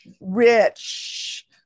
rich